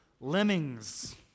lemmings